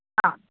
ആ